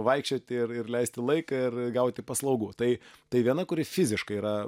vaikščioti ir ir leisti laiką ir gauti paslaugų tai tai viena kuri fiziškai yra